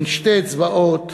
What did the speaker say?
בין שתי אצבעות,